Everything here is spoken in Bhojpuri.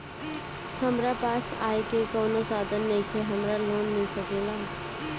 हमरा पास आय के कवनो साधन नईखे हमरा लोन मिल सकेला?